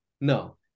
No